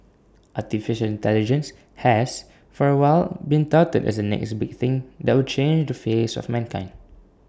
Artificial Intelligence has for A while been touted as the next big thing that will change the face of mankind